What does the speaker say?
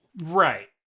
Right